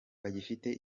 bagifite